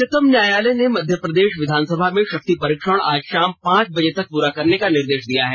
उच्चतम न्यायालय ने मध्यप्रदेश विधानसभा में शक्ति परीक्षण आज शाम पांच बजे तक प्ररा करने का निर्देश दिया है